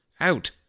out